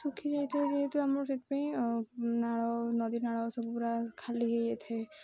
ଶୁଖି ଯାଇଥାଏ ଯେହେତୁ ଆମର ସେଥିପାଇଁ ନାଳ ନଦୀ ନାଳ ସବୁ ପୁରା ଖାଲି ହୋଇଯାଇଥାଏ